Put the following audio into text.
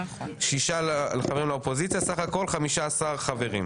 שישה חברים לאופוזיציה, סך הכול 15 חברים.